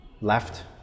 left